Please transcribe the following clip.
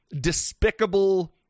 despicable